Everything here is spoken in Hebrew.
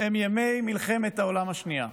הם ימי מלחמת העולם השנייה.